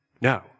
No